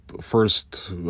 first